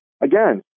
again